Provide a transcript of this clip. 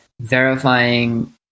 verifying